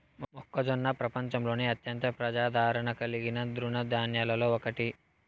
మొక్కజొన్న ప్రపంచంలోనే అత్యంత ప్రజాదారణ కలిగిన తృణ ధాన్యాలలో ఒకటి